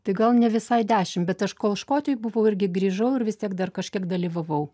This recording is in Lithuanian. tai gal ne visai dešim bet aš kol škotijoj buvau irgi grįžau ir vis tiek dar kažkiek dalyvavau